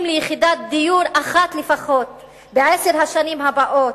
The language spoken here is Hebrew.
ליחידת דיור אחת לפחות בעשר השנים הבאות,